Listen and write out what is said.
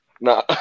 no